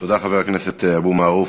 תודה, חבר הכנסת אבו מערוף.